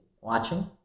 watching